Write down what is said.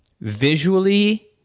visually